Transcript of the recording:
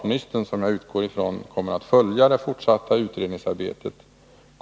Jag utgår från att försvarsministern kommer att följa det fortsatta utredningsarbetet.